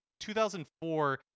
2004